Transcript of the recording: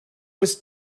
was